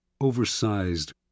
Oversized